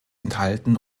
enthalten